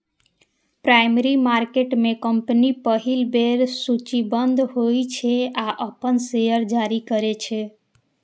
primary market में company पहिल बेर सूचीबद्ध होइ छै आ अपन शेयर जारी करै छै